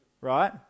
right